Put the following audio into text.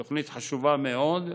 תוכנית חשובה מאוד,